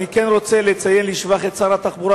אני כן רוצה לציין לשבח את שר התחבורה,